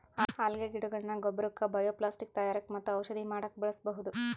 ಅಲ್ಗೆ ಗಿಡಗೊಳ್ನ ಗೊಬ್ಬರಕ್ಕ್ ಬಯೊಪ್ಲಾಸ್ಟಿಕ್ ತಯಾರಕ್ಕ್ ಮತ್ತ್ ಔಷಧಿ ಮಾಡಕ್ಕ್ ಬಳಸ್ಬಹುದ್